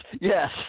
yes